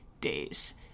days